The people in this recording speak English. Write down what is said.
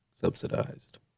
Subsidized